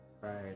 Right